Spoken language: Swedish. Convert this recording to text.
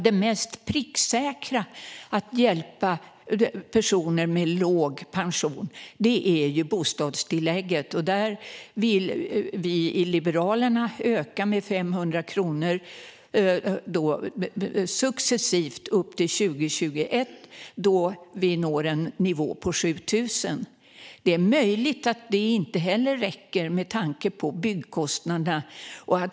Det mest pricksäkra sättet att hjälpa personer med låg pension är bostadstillägget. Vi i Liberalerna vill öka det med 500 kronor successivt fram till 2021, då det når en nivå på 7 000. Det är möjligt att det inte heller räcker med tanke på byggkostnaderna.